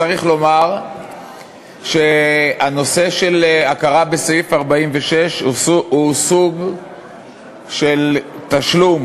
צריך לומר שהנושא של הכרה בסעיף 46 הוא סוג של תשלום